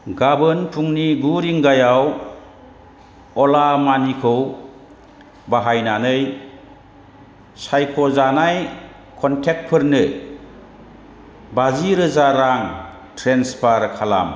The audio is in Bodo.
गाबोन फुंनि गु रिंगायाव अला मानिखौ बाहायनानै सायख' जानाय कन्टेक्टफोरनो बाजि रोजा रां ट्रेन्सफार खालाम